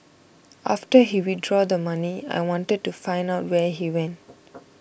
after he withdrew the money I wanted to find out where he went